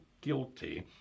guilty